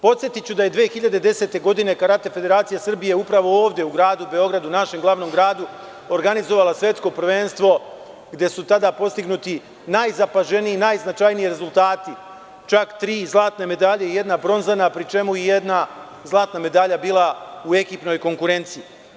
Podsetiću da je 2010. godine Karate federacija Srbija upravo ovde u Gradu Beogradu, našem glavnom gradu organizovala svetsko prvenstvo gde su tada postignuti najzapaženiji i najznačajniji rezultati, čak tri zlate medalje, jedna bronzana, pri čemu je i jedna zlatna medalja bila u ekipnoj konkurenciji.